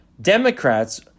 Democrats